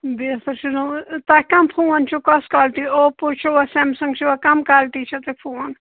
بیٚیہِ ہسا چھِ تۄہہِ کم فون چھِو کۄس کوالٹی اوپو چھُوا سیمسنگ چھُوا کم کالٹی چھِو تۄہہِ فون